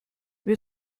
wir